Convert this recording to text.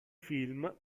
film